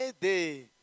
day